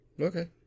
Okay